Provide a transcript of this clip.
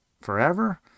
forever